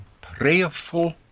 prayerful